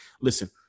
Listen